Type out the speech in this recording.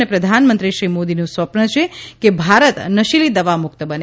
અને પ્રધાનમંત્રી શ્રી મોદીનું સ્વપન છેકે ભારત નશીલી દવામુક્ત બને